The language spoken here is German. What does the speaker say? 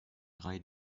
drei